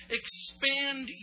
expand